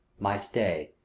my stay,